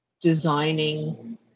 designing